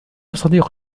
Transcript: صديق